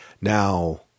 now